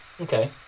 okay